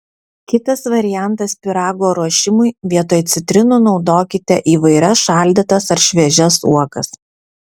kitas variantas pyrago ruošimui vietoj citrinų naudokite įvairias šaldytas ar šviežias uogas